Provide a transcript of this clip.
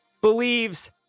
believes